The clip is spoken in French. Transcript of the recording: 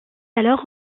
alors